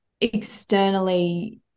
externally